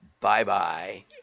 Bye-bye